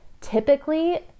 typically